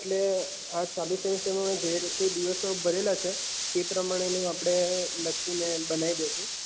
એટલે આ ચાલુ સેમીસ્ટરમાં જે દિવસો ભરેલા છે એ પ્રમાણેનું આપણે લખીને બનાવી દઈશું